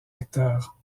acteurs